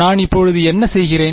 நான் இப்போது என்ன செய்கிறேன்